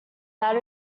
that